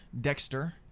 Dexter